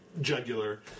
jugular